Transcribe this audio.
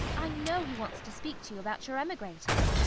i know he wants to speak to you about your emigrating.